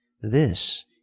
This